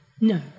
No